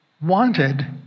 wanted